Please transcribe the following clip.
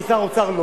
כשר האוצר,